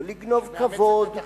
לא לגנוב כבוד,